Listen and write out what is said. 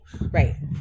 Right